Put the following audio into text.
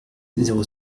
zéro